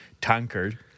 tankard